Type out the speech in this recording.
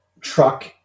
truck